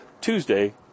Tuesday